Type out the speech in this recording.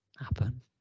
happen